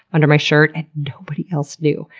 under my shirt, and nobody else knew.